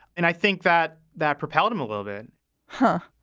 and i think that that propelled him a little bit huh?